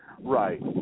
Right